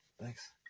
Thanks